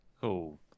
Cool